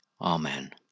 Amen